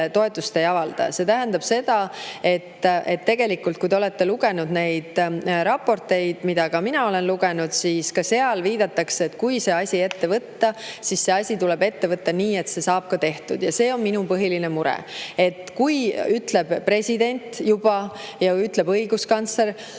toetust ei avalda. Tegelikult, kui te olete lugenud neid raporteid, mida ka mina olen lugenud, siis seal viidatakse, et kui see asi ette võtta, siis see tuleb ette võtta nii, et see saab ka tehtud. Ja see on minu põhiline mure, sest kui president juba ütleb, et ta ei